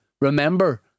remember